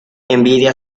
envidia